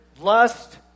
lust